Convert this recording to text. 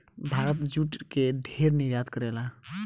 Bharat jute के ढेर निर्यात करेला